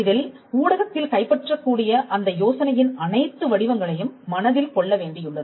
இதில் ஊடகத்தில் கைப்பற்றக் கூடிய அந்த யோசனையின் அனைத்து வடிவங்களையும் மனதில் கொள்ள வேண்டியுள்ளது